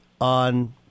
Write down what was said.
on